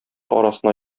арасына